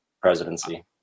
presidency